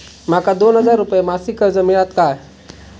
माका दोन हजार रुपये मासिक कर्ज मिळात काय?